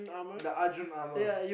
the Arjun armor